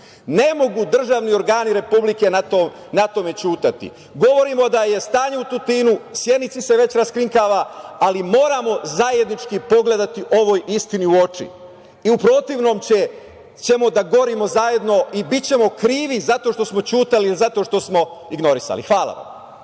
Ne mogu državni organi Republike na tome ćutati. Govorimo da je stanje u Tutinu, Sjenica se već raskrinkava, ali moramo zajednički pogledati ovoj istini u oči i u protivnom ćemo da gorimo zajedno i bićemo krivi zato što smo ćutali, jer zato što smo ignorisali. Hvala.